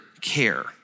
care